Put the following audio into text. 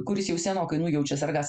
kuris jau senokai nujaučia sergąs